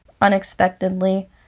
unexpectedly